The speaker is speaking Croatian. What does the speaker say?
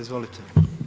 Izvolite.